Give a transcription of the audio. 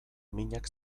minak